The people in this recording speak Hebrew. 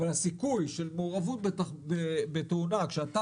אבל הסיכוי של מעורבות בתאונה כשאתה